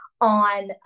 on